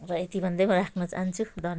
र यति भन्दै म राख्न चाहन्छु धन्य